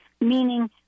Meaning